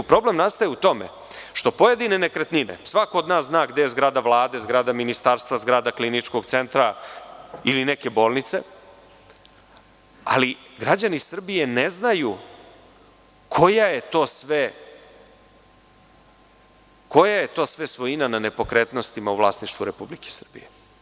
Problem nastaje u tome što pojedine nekretnine, svako od nas zna gde je zgrada Vlade, zgrada ministarstva, zgrada Kliničkog centra ili neke bolnice, ali građani Srbije ne znaju koja je to sve svojina na nepokretnosti u vlasništvu Republike Srbije.